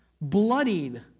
bloodied